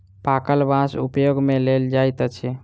पाकल बाँस उपयोग मे लेल जाइत अछि